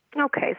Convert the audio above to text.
Okay